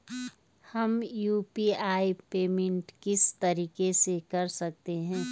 हम UPI payment किस तरीके से कर सकते हैं?